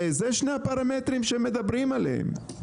ואלו שני הפרמטרים שמדברים עליהם.